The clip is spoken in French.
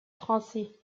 français